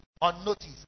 Unnoticed